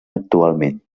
actualment